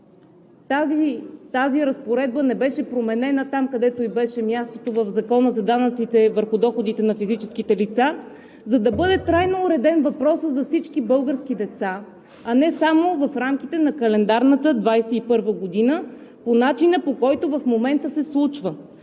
тази разпоредба не беше променена там, където ѝ беше мястото – в Закона за данъците върху доходите на физическите лица, за да бъде трайно уреден въпросът за всички български деца, а не само в рамките на календарната 2021 г. по начина, по който в момента се случва.